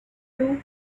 you